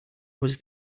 was